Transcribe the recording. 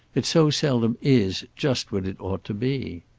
it so seldom is just what it ought to be.